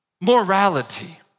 morality